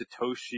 Satoshi